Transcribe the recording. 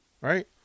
right